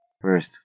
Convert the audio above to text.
first